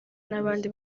n’abandi